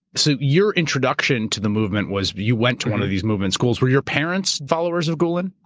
so your introduction to the movement was you went to one of these movement schools. were your parents followers of gulen?